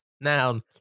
noun